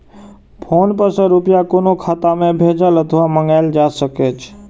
PhonePe सं रुपया कोनो खाता मे भेजल अथवा मंगाएल जा सकै छै